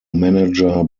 manager